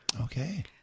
Okay